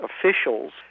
officials